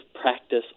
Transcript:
practice